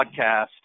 podcast